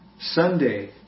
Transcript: Sunday